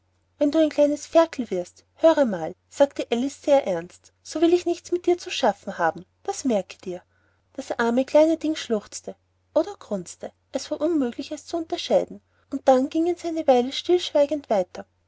wenn du ein kleines ferkel wirst höre mal sagte alice sehr ernst so will ich nichts mehr mit dir zu schaffen haben das merke dir das arme kleine ding schluchzte oder grunzte es war unmöglich es zu unterscheiden und dann gingen sie eine weile stillschweigend weiter